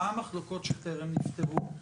מה המחלוקות שטרם נפתרו?